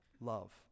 love